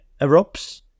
erupts